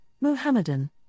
Muhammadan